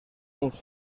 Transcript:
uns